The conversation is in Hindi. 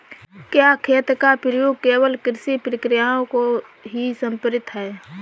क्या खेत का प्रयोग केवल कृषि प्रक्रियाओं को ही समर्पित है?